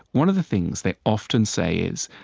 one of the things they often say is,